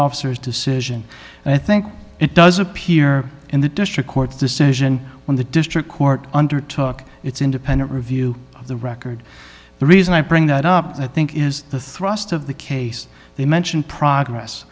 officers decision i think it does appear in the district court's decision when the district court under took its independent review of the record the reason i bring that up i think is the thrust of the case they mention progress